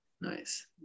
Nice